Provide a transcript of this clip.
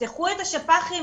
תפתחו את השפ"חים,